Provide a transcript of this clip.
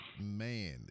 Man